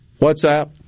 WhatsApp